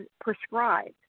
prescribed